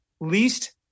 least